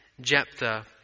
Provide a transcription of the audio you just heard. Jephthah